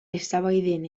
eztabaiden